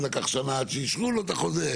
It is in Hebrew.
ולקחה שנה עד שאישרו לא את החוזה,